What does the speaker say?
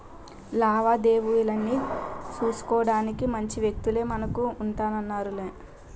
లావాదేవీలన్నీ సూసుకోడానికి మంచి వ్యక్తులే మనకు ఉంటన్నారులే